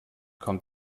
kommt